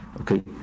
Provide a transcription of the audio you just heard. okay